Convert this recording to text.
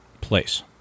place